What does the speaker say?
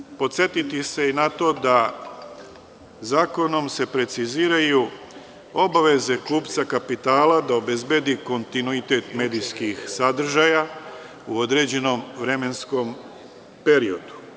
Važno je podsetiti se i na to da se zakonom preciziraju obaveze kupca kapitala da obezbedi kontinuitet medijskih sadržaja u određenom vremenskom periodu.